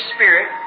Spirit